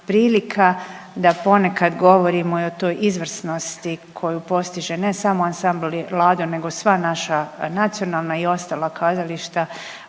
da ponekad govorimo i o toj izvrsnosti koju postiže, ne samo Ansambl Lado nego sva naša nacionalna i ostala kazališta